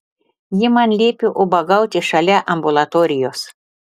ji man liepė ubagauti šalia ambulatorijos